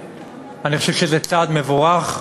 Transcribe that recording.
אני חושב שזה צעד מבורך,